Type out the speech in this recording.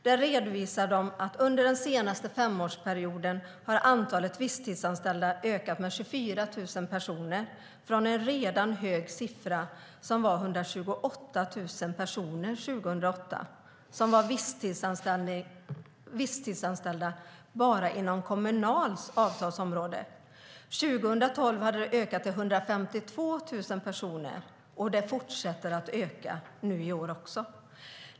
Där redovisar de att under den senaste femårsperioden har antalet visstidsanställda ökat med 24 000 personer från en redan hög siffra som var 128 000 personer 2008. De var visstidsanställda bara inom Kommunals avtalsområde. År 2012 hade det ökat till 152 000 personer, och det fortsätter att öka nu i år också.